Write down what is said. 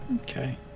Okay